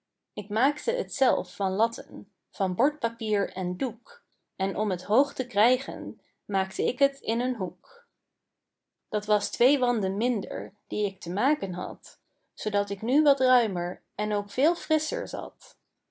ik maakte t zelf van latten van bordpapier en doek en om het hoog te krijgen maakte ik het in een hoek dat was twee wanden minder die ik te maken had zoodat ik nu wat ruimer en ook veel frisscher zat